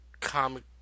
comic